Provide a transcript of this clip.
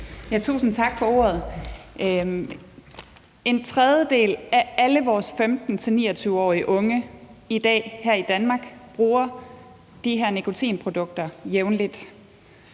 Tusind tak for ordet. En tredjedel af alle vores 15-29 årige her i Danmark bruger i dag de her nikotinprodukter jævnligt.